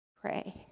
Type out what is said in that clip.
pray